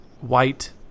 white